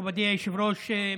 מכובדי היושב-ראש,